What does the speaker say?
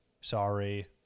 Sorry